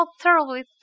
thoroughly